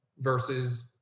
versus